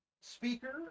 speaker